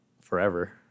forever